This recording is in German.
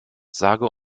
sage